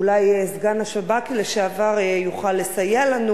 אולי סגן ראש השב"כ לשעבר יוכל לסייע לנו